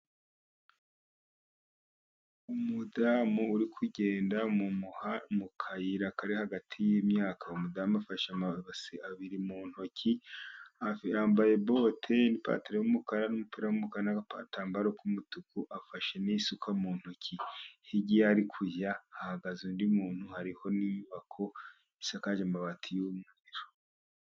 Umudamu uri kugenda mu kayira kari hagati y'imyaka. Umudamu afashe amabase abiri mu ntoki, yambaye bote, n'ipantaro y'umukara, n'umupira w'umukara, n'agatambaro k'umutuku. Afashe n'isuka mu ntoki hirya iyo ari kujya hagaze undi muntu. Hariho n'inyubako isakaje amabati y'umweru.